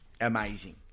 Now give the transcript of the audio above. amazing